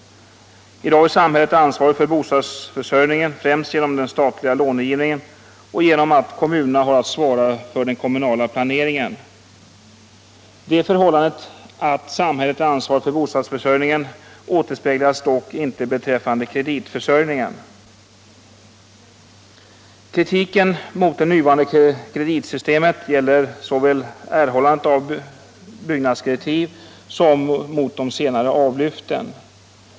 I dag är samhället ansvarigt för bostadsförsörjningen främst genom den statliga långivningen och genom att kommunerna har att svara för den kommunala planeringen. Det förhållandet att samhället är ansvarigt för bostadsförsörjningen återspeglas dock icke i kreditförsörjningen. Kritiken mot det nuvarande kreditsystemet gäller såväl erhållande av byggnadskreditiv som de senare avlyften.